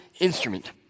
instrument